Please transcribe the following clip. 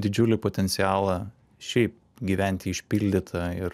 didžiulį potencialą šiaip gyventi išpildytą ir